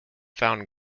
found